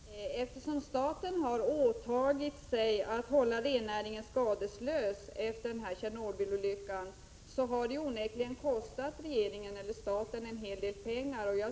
Herr talman! Eftersom staten har åtagit sig att hålla rennäringen skadeslös efter Tjernobylolyckan, så har det onekligen kostat staten en hel del pengar.